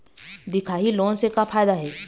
दिखाही लोन से का फायदा हे?